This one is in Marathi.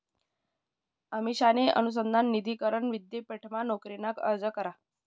अमिषाने अनुसंधान निधी करण विद्यापीठमा नोकरीना अर्ज करा